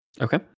Okay